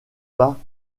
pas